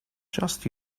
just